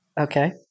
Okay